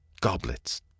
goblets